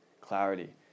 clarity